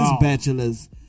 bachelors